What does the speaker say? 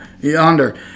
yonder